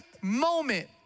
moment